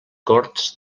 corts